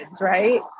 right